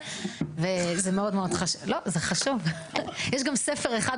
יכינו תוכניות היערכות